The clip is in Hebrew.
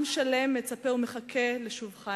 עם שלם מצפה ומחכה לשובך אלינו.